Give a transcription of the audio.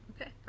Okay